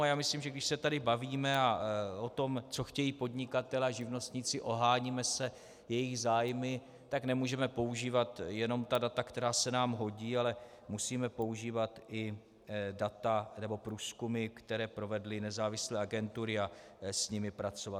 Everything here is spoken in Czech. A já myslím, že když se tady bavíme o tom, co chtějí podnikatelé a živnostníci, oháníme se jejich zájmy, tak nemůžeme používat jenom ta data, která se nám hodí, ale musíme používat i data nebo průzkumy, které provedly nezávislé agentury, a s nimi pracovat.